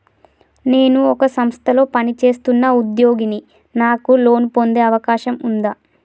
నేను ఒక సంస్థలో పనిచేస్తున్న ఉద్యోగిని నాకు లోను పొందే అవకాశం ఉందా?